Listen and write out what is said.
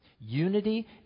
Unity